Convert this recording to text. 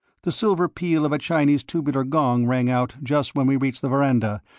the silver peal of a chinese tubular gong rang out just when we reached the veranda,